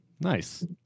Nice